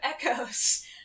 echoes